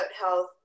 health